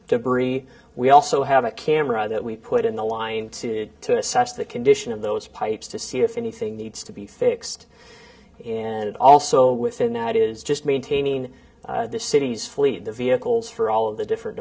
debris we also have a camera that we put in the line to assess the condition of those pipes to see if anything needs to be fixed and also within that is just maintaining the city's fleet the vehicles for all of the different